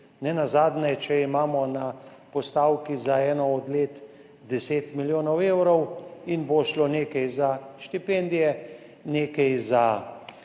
Nenazadnje, če imamo na postavki za eno od let 10 milijonov evrov in bo šlo nekaj za štipendije, nekaj za